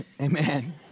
Amen